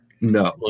No